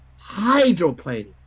hydroplaning